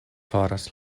faras